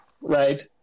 right